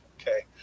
okay